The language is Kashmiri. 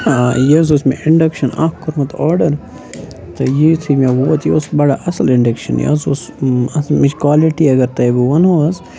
یہِ حظ اوس مےٚ اِنڈَکشن اَکھ کوٚرمُت آرڈَر تہٕ یہِ یُتھُے مےٚ ووت یہِ اوس بَڑٕ اَصٕل اِنڈَکشن یہِ حظ اوس مےٚ چھِ کالِٹی اگر تۄہہِ بہٕ وَنہوو حظ